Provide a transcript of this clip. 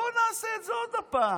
בוא נעשה את זה עוד הפעם.